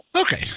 Okay